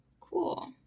Cool